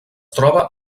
troba